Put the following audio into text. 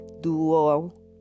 dual